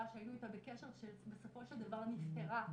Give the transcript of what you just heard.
שהיינו איתה בקשר שבסופו של דבר נפטרה.